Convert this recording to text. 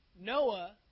Noah